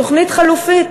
תוכנית חלופית,